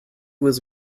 was